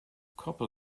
copper